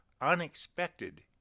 unexpected